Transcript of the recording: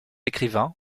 écrivain